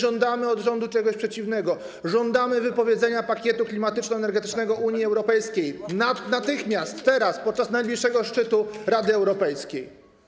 Żądamy od rządu czegoś przeciwnego, żądamy wypowiedzenia pakietu klimatyczno-energetycznego Unii Europejskiej natychmiast, teraz, podczas najbliższego szczytu Rady Europejskiej.